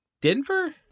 Denver